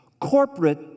corporate